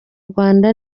rwanda